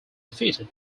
defeated